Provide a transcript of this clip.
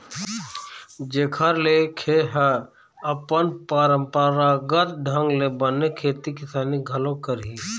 जेखर ले खे ह अपन पंरापरागत ढंग ले बने खेती किसानी घलोक करही